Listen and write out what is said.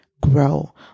grow